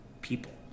people